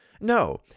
No